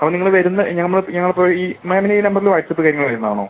അപ്പോൾ നിങ്ങൾ വരുന്ന ഞമ്മൾ ഞങ്ങളിപ്പോൾ ഈ മാമിൻ്റെ ഈ നമ്പറിൽ വാട്സ്ആപ്പ് കാര്യങ്ങൾ വരുന്നതാണോ